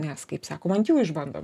mes kaip sakoma ant jų išbandom